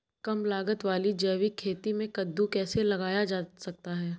कम लागत वाली जैविक खेती में कद्दू कैसे लगाया जा सकता है?